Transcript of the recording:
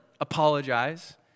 apologize